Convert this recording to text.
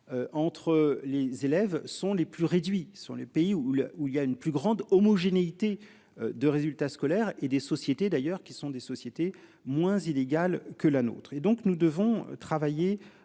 Entre les élèves sont les plus réduit sont les pays où le où il y a une plus grande homogénéité. De résultats scolaires et des sociétés d'ailleurs qui sont des sociétés moins illégal que la nôtre et donc nous devons travailler